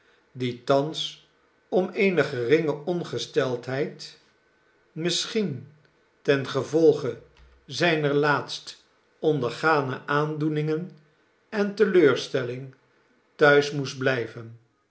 die thans om eene geringe ongesteldheid misschien het gevolg zijner laatst ondergane aandoeningen en teleurstelling thuis moest blijven